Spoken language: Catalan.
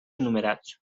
enumerats